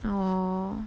orh